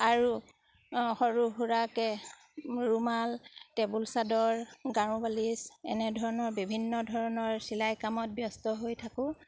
আৰু সৰু সুৰাকে ৰুমাল টেবুল চাদৰ গাৰু বালিচ এনেধৰণৰ বিভিন্ন ধৰণৰ চিলাই কামত ব্যস্ত হৈ থাকোঁ